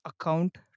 account